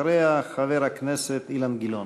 אחריה, חבר הכנסת אילן גילאון.